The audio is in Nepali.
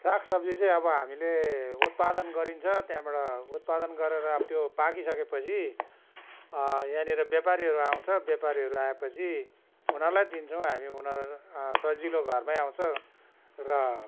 साग सब्जी चाहिँ अब हामीले उत्पादन गरिन्छ त्यहाँबाट उत्पादन गरेर त्यो पाकिसकेपछि यहाँनिर ब्यापारीहरू आउँछ ब्यापारीहरू आएपछि उनीहरूलाई दिन्छौँ हामी उनीहरू सजिलो घरमै आउँछ र